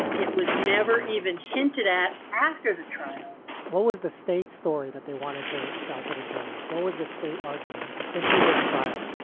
it was never even hinted at after the trials, what was the state's story that they wanted to sell to the jurors? what was the state arguing that and hubert's trial?